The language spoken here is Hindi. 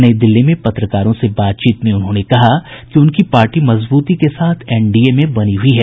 नई दिल्ली में पत्रकारों से बातचीत में उन्होंने कहा कि उनकी पार्टी मजबूती के साथ एनडीए में बनी हुई है